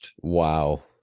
Wow